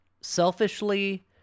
selfishly